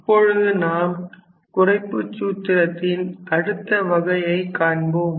இப்பொழுது நாம் குறைப்புச் சூத்திரத்தின் அடுத்த வகையை காண்போம்